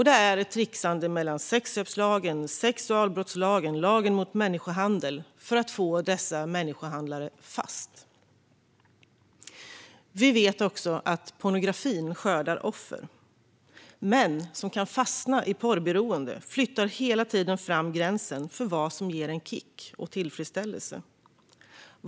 Det är ett trixande med sexköpslagen, sexualbrottslagen och lagen mot människohandel för att få fast dessa människohandlare. Vi vet även att pornografin skördar offer. Män som kan fastna i porrberoende flyttar hela tiden fram gränsen för vad som ger en kick och tillfredsställelse.